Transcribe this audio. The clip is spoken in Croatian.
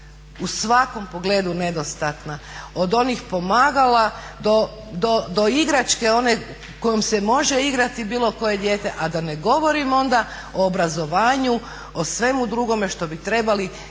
u svakom pogledu nedostatna od onih pomagala do igračke one kojom se može igrati bilo koje dijete, a da ne govorim o obrazovanju o svemu drugome što bi trebali